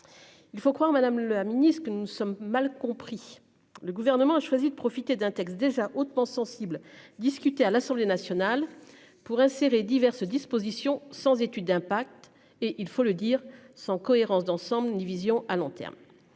Il faut croire Madame la Ministre que nous sommes mal compris. Le gouvernement a choisi de profiter d'un texte déjà hautement sensible discuté à l'Assemblée nationale pour insérer diverses dispositions sans étude d'impact et il faut le dire sans cohérence d'ensemble ni vision à long terme.